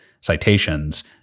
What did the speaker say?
citations